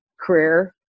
career